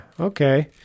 Okay